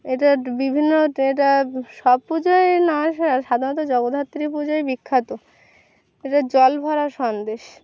এটা বিভিন্ন এটা সব পুজোয় না সাধারণত জগদ্ধাত্রী পুজোয় বিখ্যাত এটা জল ভরা সন্দেশ